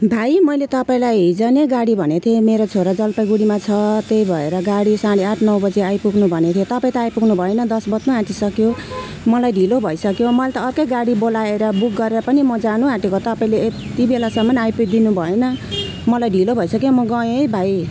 भाइ मैले तपाईँलाई हिजो नै गाडी भनेको थिएँ मेरो छोरा जलपाइगुडीमा छ त्यही भएर गाडी साढे आठ नौ बजी आइपुग्नु भनेको थिएँ तपाईँ त आइपुग्नु भएन दस बज्न आँटिसक्यो मलाई ढिलो भइसक्यो मैले त अर्कै गाडी बोलाएर बुक गरेर पनि म जानआँटेको तपाईँले यति बेलासम्म आइपुगी दिनुभएन मलाई ढिलो भइसक्यो म गएँ है भाइ